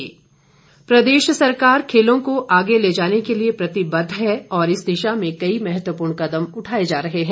बिक्रम सिंह प्रदेश सरकार खेलों को आगे ले जाने के लिए प्रतिबद्ध है और इस दिशा में कई महत्वपूर्ण कदम उठाए जा रहे हैं